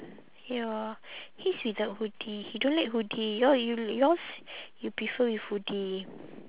ya his without hoodie he don't like hoodie your you yours you prefer with hoodie